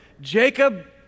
Jacob